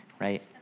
right